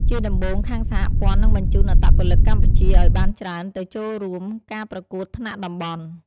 ជាដំបូងខាងសហព័ន្ធនឹងបញ្ជូនអត្តពលិកកម្ពុជាឲ្យបានច្រើនទៅចូលរួមការប្រកួតថ្នាក់តំបន់។